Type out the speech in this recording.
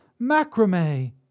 Macrame